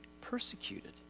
persecuted